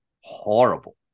horrible